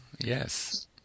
Yes